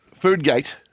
foodgate